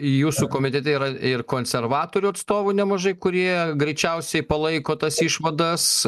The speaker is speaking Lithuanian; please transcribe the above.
jūsų komitete yra ir konservatorių atstovų nemažai kurie greičiausiai palaiko tas išvadas